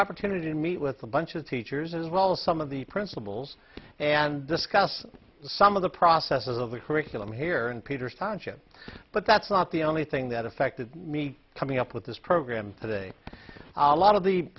opportunity to meet with a bunch of teachers as well as some of the principals and discuss some of the processes of the curriculum here and peter sonship but that's not the only thing that affected me coming up with this program today a lot of the